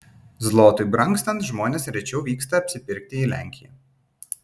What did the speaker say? zlotui brangstant žmonės rečiau vyksta apsipirkti į lenkiją